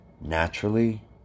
naturally